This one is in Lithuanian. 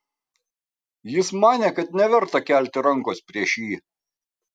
jis manė kad neverta kelti rankos prieš jį